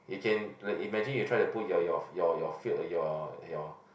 you can like imagine you try to put your your your your your your